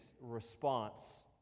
response